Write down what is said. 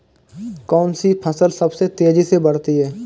कौनसी फसल सबसे तेज़ी से बढ़ती है?